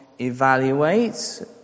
evaluate